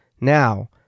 Now